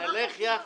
למה?